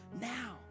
now